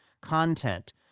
content